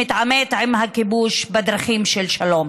שמתעמת עם הכיבוש בדרכים של שלום.